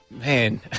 Man